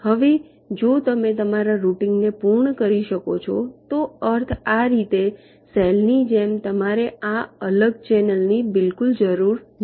હવે જો તમે તમારા રૂટીંગ ને પૂર્ણ કરી શકો છો તેનો અર્થ આ રીતે સેલ ની જેમ તમારે આ અલગ ચેનલ ની બિલકુલ જરૂર નથી